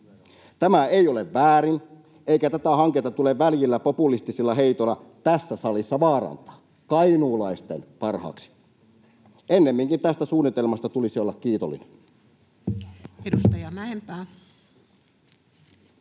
Tämä ei ole väärin, eikä tätä hanketta tule väljillä populistisilla heitoilla tässä salissa vaarantaa kainuulaisten parhaaksi. Ennemminkin tästä suunnitelmasta tulisi olla kiitollinen.